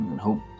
hope